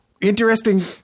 Interesting